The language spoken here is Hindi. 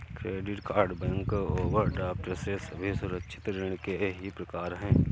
क्रेडिट कार्ड बैंक ओवरड्राफ्ट ये सभी असुरक्षित ऋण के ही प्रकार है